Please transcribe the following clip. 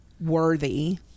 worthy